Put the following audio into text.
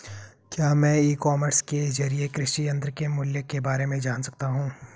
क्या मैं e commerce के ज़रिए कृषि यंत्र के मूल्य में बारे में जान सकता हूँ?